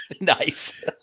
Nice